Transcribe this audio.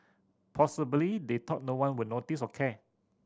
possibly they thought no one would notice or care